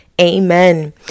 amen